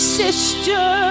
sister